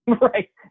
Right